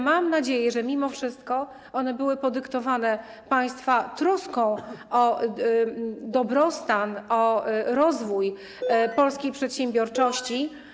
Mam nadzieję, że mimo wszystko one były podyktowane państwa troską o dobrostan, o rozwój polskiej przedsiębiorczości.